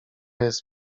jest